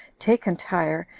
taken tyre,